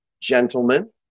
gentlemen